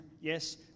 Yes